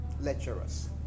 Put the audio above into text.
lecturers